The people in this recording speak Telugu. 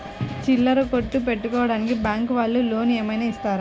చిల్లర కొట్టు పెట్టుకోడానికి బ్యాంకు వాళ్ళు లోన్ ఏమైనా ఇస్తారా?